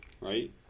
right